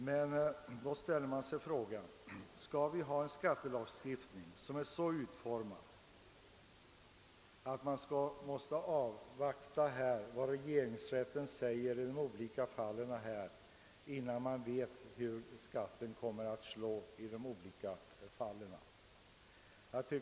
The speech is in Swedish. Men skall vi verkligen ha en skattelagstiftning som är så utformad, att man måste avvakta vad regeringsrätten säger innan man vet hur skatten kommer att slå i de olika fallen?